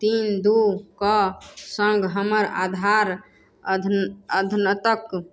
तीन दू के सङ्ग हमर आधार अद्य अद्यनतक